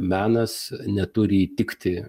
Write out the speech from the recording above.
menas neturi įtikti